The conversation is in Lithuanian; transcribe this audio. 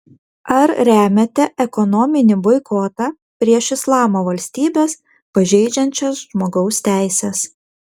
ar remiate ekonominį boikotą prieš islamo valstybes pažeidžiančias žmogaus teises